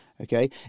Okay